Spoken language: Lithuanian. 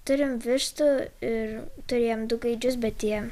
turim vištų ir turėjom du gaidžius bet jie